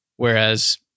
Whereas